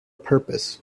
purpose